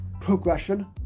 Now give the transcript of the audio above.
progression